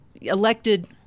elected